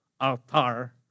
altar